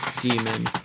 demon